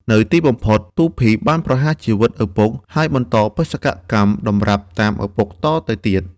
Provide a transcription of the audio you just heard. នៅទីបំផុត ទូភី បានប្រហារជីវិតឪពុក ហើយបន្តបេសកកម្មតម្រាប់តាមឪពុកតទៅទៀត ។